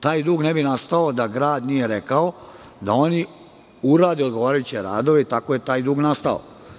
Taj dug ne bi nastao da grad nije rekao da oni urade odgovarajuće radove i tako je taj dug nastao.